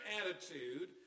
attitude